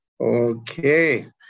Okay